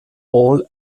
all